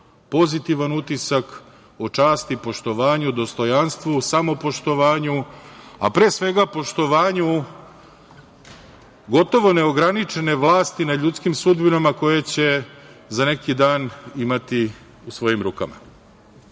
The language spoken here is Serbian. pozitivan utisak o časti, poštovanju, dostojanstvu, samopoštovanju, a pre svega poštovanju, gotovo neograničene vlasti nad ljudskim sudbinama koje će za neki dan imati u svojim rukama. Meni